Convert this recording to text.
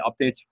updates